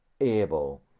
able